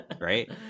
right